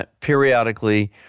periodically